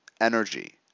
energy